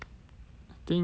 think